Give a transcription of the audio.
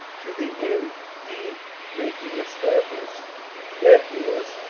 to the end ye may be established that is,